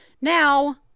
Now